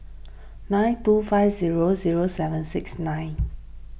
nine two five zero zero seven six nine